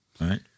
right